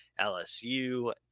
LSU